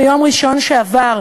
ביום ראשון שעבר,